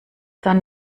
dann